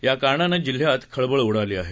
या कारणाने जिल्ह्यात खळबळ उडाली आहे